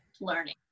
learning